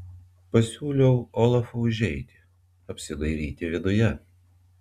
pasiūliau olafui užeiti apsidairyti viduje